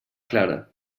clara